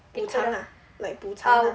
补长 ah like 补长